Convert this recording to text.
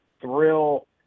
thrill